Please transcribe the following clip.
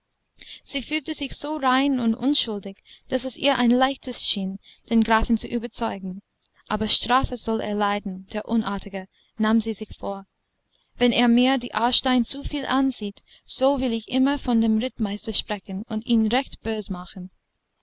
sie fühlte sich so rein und unschuldig daß es ihr ein leichtes schien den grafen zu überzeugen aber strafe soll er leiden der unartige nahm sie sich vor wenn er mir die aarstein zu viel ansieht so will ich immer von dem rittmeister sprechen und ihn recht bös machen